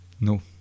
No